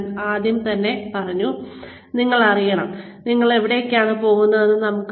ഞാൻ ആദ്യം തന്നെ പറഞ്ഞു ഞങ്ങൾ എവിടേക്കാണ് പോകുന്നതെന്ന് നിങ്ങൾ അറിയണം